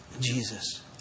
Jesus